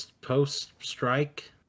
post-strike